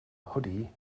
hoodie